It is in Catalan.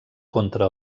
contra